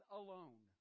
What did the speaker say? alone